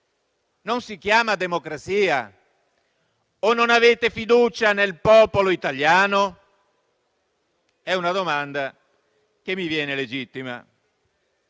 Non si chiama democrazia? O non avete fiducia nel popolo italiano? È una domanda legittima.